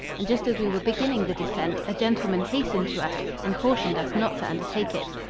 and just as we were beginning the descent a gentleman hastened to us and cautioned us not to undertake it.